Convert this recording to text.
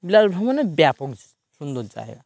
বিলাস ভ্রমণের ব্যাপক সুন্দর জায়গা